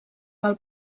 pel